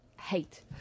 hate